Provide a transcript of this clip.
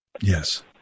Yes